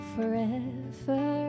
Forever